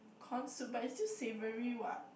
corn soup but it's still savoury what